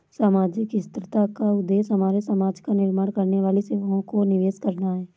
सामाजिक स्थिरता का उद्देश्य हमारे समाज का निर्माण करने वाली सेवाओं का निवेश करना है